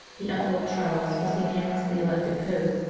the uncle of charles, was unanimously elected pope.